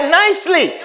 nicely